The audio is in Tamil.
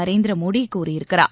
நரேந்திரமோடிகூறியிருக்கிறார்